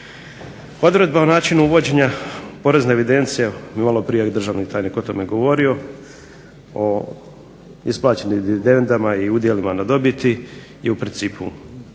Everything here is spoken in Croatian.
Odredbe o načinu vođenja porezne evidencije, maloprije je državni tajnik o tome govorio, o isplaćenim dividendama i udjelima na dobiti je u principu